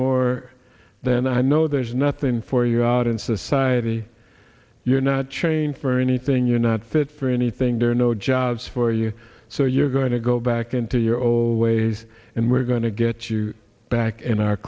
more than i know there's nothing for you out in society you're not chained for anything you're not fit for anything there are no jobs for you so you're going to go back into your old ways and we're going to get you back in our